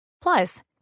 plus